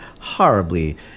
horribly